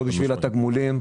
לא בשביל התגמולים,